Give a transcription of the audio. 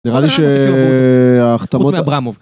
נראה לי שההחתמות...